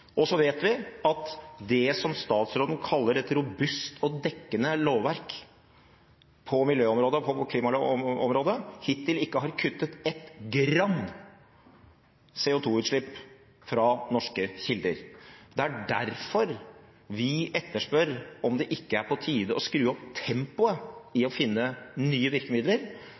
Så vet vi at det som statsråden kaller et robust og dekkende lovverk på miljø- og klimaområdet, hittil ikke har kuttet et gram CO2-utslipp fra norske kilder. Det er derfor vi etterspør: Er det ikke på tide å skru opp tempoet for å finne nye virkemidler?